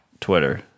Twitter